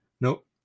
nope